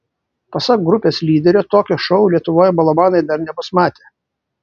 pasak grupės lyderio tokio šou lietuvoje melomanai dar nebus matę